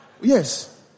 Yes